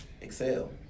excel